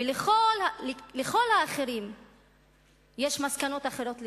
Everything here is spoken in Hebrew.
ולכל האחרים יש מסקנות אחרות לגמרי.